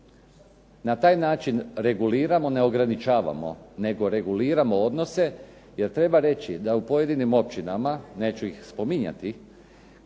Na taj način reguliramo, ne ograničavamo nego reguliramo odnose jer treba reći da u pojedinim općinama, neću ih spominjati,